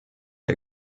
der